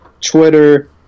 Twitter